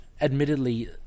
admittedly